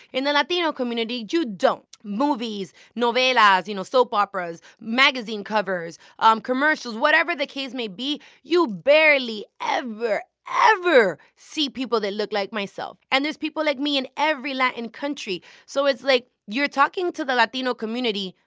in the latino community, you don't. movies, novellas, you know, soap operas, magazine covers, um commercials, whatever the case may be, you barely ever, ever see people that look like myself. and there's people like me in every latin country. so it's like you're talking to the latino community,